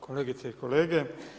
Kolegice i kolege.